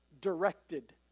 directed